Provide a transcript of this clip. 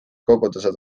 kogudused